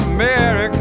America